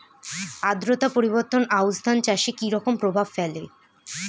আদ্রতা পরিবর্তন আউশ ধান চাষে কি রকম প্রভাব ফেলে?